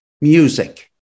music